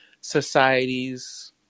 societies